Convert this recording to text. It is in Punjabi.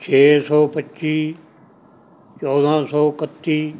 ਛੇ ਸੌ ਪੱਚੀ ਚੌਦਾਂ ਸੌ ਇਕੱਤੀ